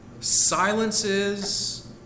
silences